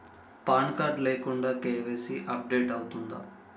Pan card లేకుండా KYC update అవుతుందా?